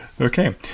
Okay